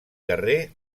carrer